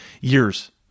years